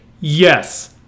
yes